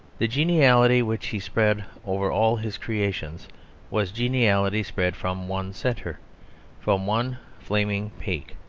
the geniality which he spread over all his creations was geniality spread from one centre, from one flaming peak.